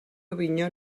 avinyó